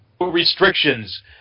restrictions